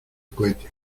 cohete